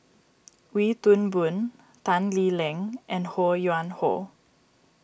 Wee Toon Boon Tan Lee Leng and Ho Yuen Hoe